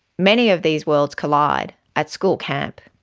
many of these worlds collide at school camp.